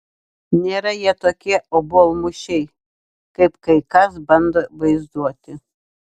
nėra jie tokie obuolmušiai kaip kai kas bando vaizduoti